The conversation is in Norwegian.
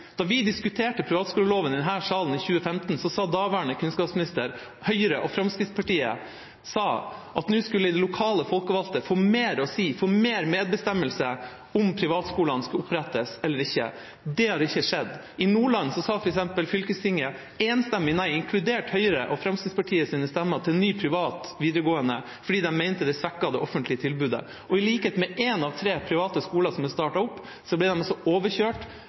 Da vi diskuterte privatskoleloven i denne salen i 2015, sa daværende kunnskapsminister – og Høyre og Fremskrittspartiet – at de lokale folkevalgte nå skulle få mer å si, mer medbestemmelse i spørsmålet om hvorvidt privatskolene skulle opprettes eller ikke. Det har ikke skjedd. For eksempel sa fylkestinget i Nordland enstemmig nei, inkludert Høyres og Fremskrittspartiets stemmer, til ny privat videregående skole fordi de mente det svekket det offentlige tilbudet. Og som ved én av tre private skoler som er startet opp, ble de overkjørt